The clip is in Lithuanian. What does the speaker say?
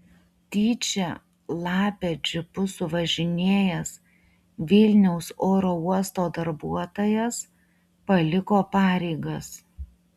tyčia lapę džipu suvažinėjęs vilniaus oro uosto darbuotojas paliko pareigas